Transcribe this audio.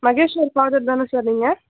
Maheshwar father தானே sir நீங்கள்